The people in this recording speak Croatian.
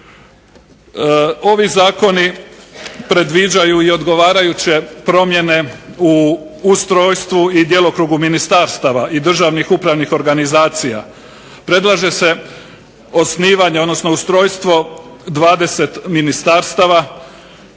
Ovi Zakoni predviđaju odgovarajuće promjene u ustrojstvu i djelokrugu ministarstava i državnih upravnih organizacija, predlaže se osnivanje, odnosno ustrojstvo 20 ministarstava